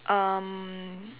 um